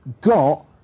got